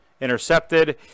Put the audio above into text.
intercepted